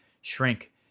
shrink